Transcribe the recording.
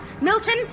Milton